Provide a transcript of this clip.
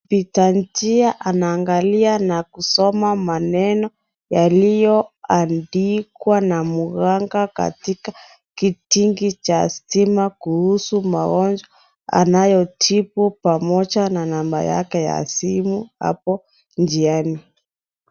Mpita njia anaangalia na kusoma maneno yaliyoandikwa na mganga katika kitingi cha stima kuuza magonjwa anayotibu pamoja na namba yake ya simu hapo njiani.